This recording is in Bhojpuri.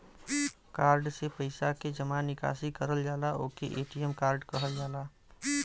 कार्ड से पइसा के जमा निकासी करल जाला ओके ए.टी.एम कार्ड कहल जाला